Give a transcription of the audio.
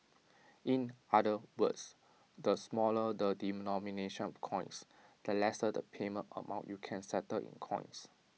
in other words the smaller the denomination of coins the lesser the payment amount you can settle in coins